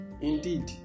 indeed